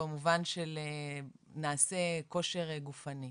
במובן שנעשה כושר גופני,